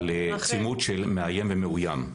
על צימוד של מאיים ומאוים.